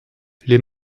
les